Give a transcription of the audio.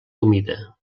humida